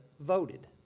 voted